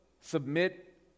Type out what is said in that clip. submit